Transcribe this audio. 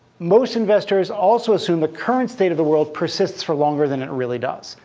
most investors also assume the current state of the world persists for longer than it really does.